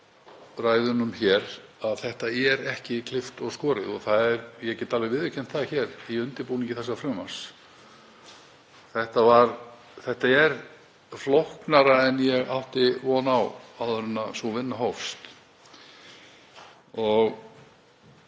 ræðunum hér að þetta er ekki klippt og skorið. Ég get alveg viðurkennt það, í undirbúningi þessa frumvarps, að þetta er flóknara en ég átti von á áður en sú vinna hófst.